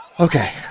Okay